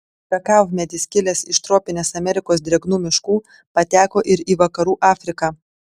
kakavmedis kilęs iš tropinės amerikos drėgnų miškų pateko ir į vakarų afriką